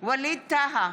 ווליד טאהא,